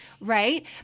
Right